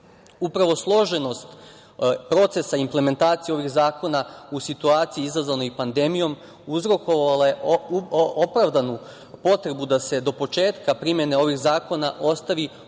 godini. Upravo složenost procesa implementacije ovih zakona u situaciji izazvanoj pandemijom uzrokovala je opravdanu potrebu da se do početka primene ovih zakona ostavi